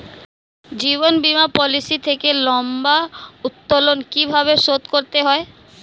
জীবন বীমা পলিসি থেকে লম্বা উত্তোলন কিভাবে শোধ করতে হয়?